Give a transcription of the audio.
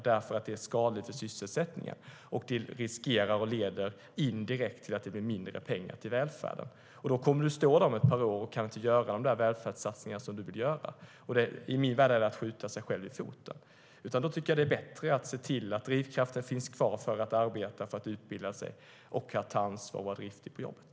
Det är skadligt för sysselsättningen, och det finns risk att det indirekt leder till mindre pengar till välfärden. Då kommer du att stå där om ett par år och inte kunna göra de välfärdssatsningar som du vill göra. I min värld är det att skjuta sig själv i foten. Då tycker jag att det är bättre att se till att drivkraften finns kvar för att arbeta, för att utbilda sig och för att ta ansvar och vara driftig på jobbet.